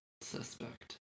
suspect